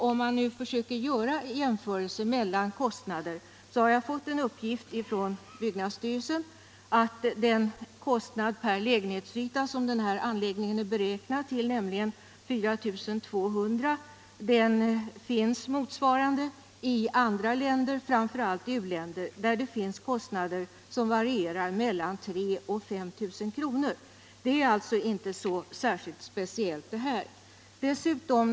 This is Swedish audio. Om man nu försöker göra en jämförelse mellan kostnader så har, enligt en uppgift som jag har fått från byggnadsstyrelsen, den kostnad per lägenhetsyta som den här anläggningen är beräknad till, nämligen 4 200 kr., sin motsvarighet i andra länder, framför allt i u-länder där det förekommer kostnader som varierar mellan 3 000 och 5 000 kr. Det är alltså inte så särskilt speciella kostnader vid en sådan jämförelse.